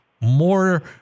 more